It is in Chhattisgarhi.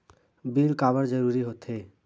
बिल काबर जरूरी होथे?